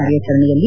ಕಾರ್ಯಾಚರಣೆಯಲ್ಲಿ